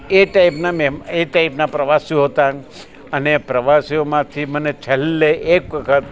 એ ટાઇપના એમ એ ટાઇપના પ્રવાસીઓ હતા અને પ્રવાસીઓમાંથી મને છેલ્લે એક વખત